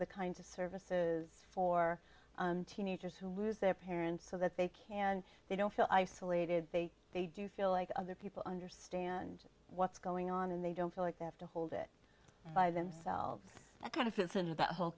the kinds of services for teenagers who lose their parents so that they can they don't feel isolated they they do feel like other people understand what's going on and they don't feel like they have to hold it by themselves that kind of fits in with the whole